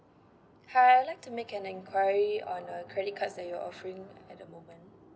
hi I'd like to make an enquiry on a credit cards that you're offering at the moment